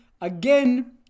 again